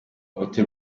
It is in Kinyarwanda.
uruti